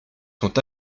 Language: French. sont